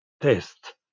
test